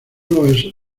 los